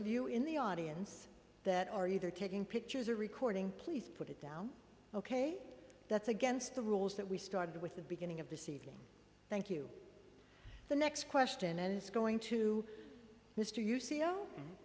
of you in the audience that are either taking pictures or recording please put it down ok that's against the rules that we started with the beginning of this evening thank you the next question is going to mr u